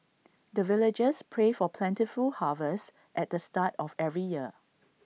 the villagers pray for plentiful harvest at the start of every year